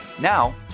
Now